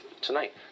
tonight